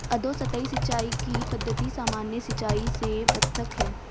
अधोसतही सिंचाई की पद्धति सामान्य सिंचाई से पृथक है